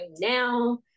now